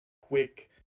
quick